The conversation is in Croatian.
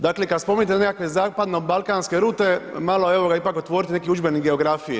Dakle kada spominjete nekakve zapadno-balkanske rute malo evo ipak otvorite neki udžbenik geografije.